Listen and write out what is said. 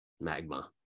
magma